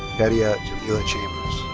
kadia jamila chambers.